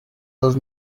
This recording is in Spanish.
los